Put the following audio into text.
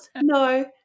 No